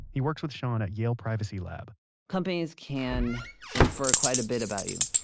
he works with sean at yale privacy lab companies can infer quite a bit about you.